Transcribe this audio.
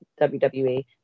WWE